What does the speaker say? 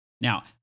Now